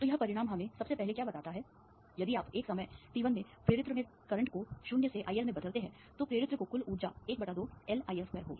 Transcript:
तो यह परिणाम हमें सबसे पहले क्या बताता है यदि आप एक समय t1 में प्रेरित्र में करंट को 0 से IL में बदलते हैं तो प्रेरित्र को कुल ऊर्जा ½LIL2 होगी